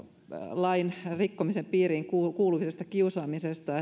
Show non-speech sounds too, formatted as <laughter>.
lain rikkomisen piiriin kuuluvasta kiusaamisesta <unintelligible>